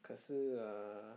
可是 err